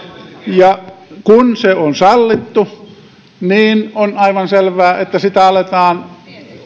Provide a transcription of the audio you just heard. kun se on sallittu niin on aivan selvää että sitä aletaan